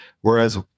Whereas